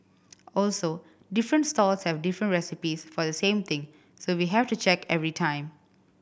also different stalls have different recipes for the same thing so we have to check every time